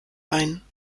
ein